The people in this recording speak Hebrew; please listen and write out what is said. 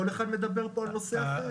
כל אחד מדבר פה על נושא אחר.